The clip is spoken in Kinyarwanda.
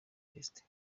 evariste